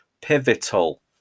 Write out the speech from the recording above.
Pivotal